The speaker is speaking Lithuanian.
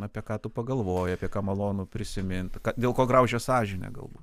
apie ką tu pagalvoji apie ką malonu prisimint ką dėl ko graužia sąžinė galbūt